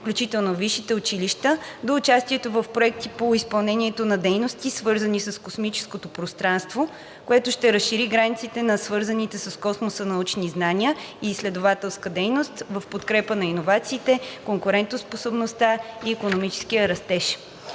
включително висшите училища, до участието в проекти по изпълнението на дейности, свързани с космическото пространство, което ще разшири границите на свързаните с Космоса научни знания и изследователска дейност, в подкрепа на иновациите, конкурентоспособността и икономическия растеж.